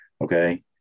okay